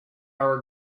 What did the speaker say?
our